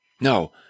No